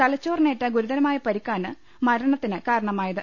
തലച്ചോറിനേറ്റ ഗുരുതരമായ പരിക്കാണ് മരണത്തിന് കാരണമായത്